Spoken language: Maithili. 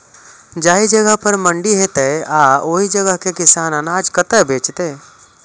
जाहि जगह पर मंडी हैते आ ओहि जगह के किसान अनाज कतय बेचते?